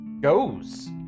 goes